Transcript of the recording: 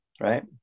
right